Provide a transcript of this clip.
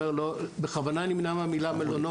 בכוונה אני נמנע מהמילה מלונות,